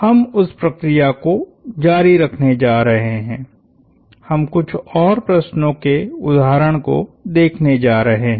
हम उस प्रक्रिया को जारी रखने जा रहे हैं हम कुछ और प्रश्नो के उदाहरण को देखने जा रहे हैं